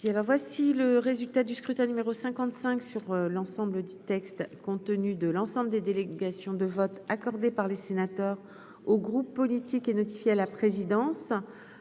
voici le résultat du scrutin numéro 55 sur l'ensemble du texte, compte tenu de l'ensemble des délégations de vote accordé par les sénateurs aux groupes politiques et notifié à la présidence,